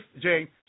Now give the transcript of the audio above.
James